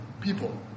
people